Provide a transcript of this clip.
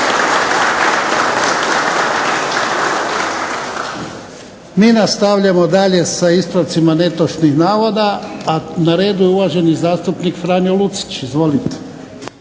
Mi nastavljamo dalje sa ispravcima netočnih navoda. A na redu je uvaženi zastupnik Franjo Lucić. Izvolite.